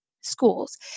schools